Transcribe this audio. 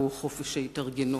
והוא חופש ההתארגנות.